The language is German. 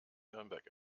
nürnberg